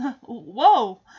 whoa